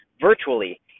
virtually